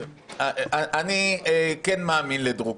אני כן מאמין לדרוקר.